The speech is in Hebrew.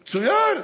מצוין.